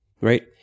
right